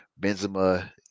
Benzema